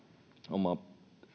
oma